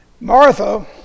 Martha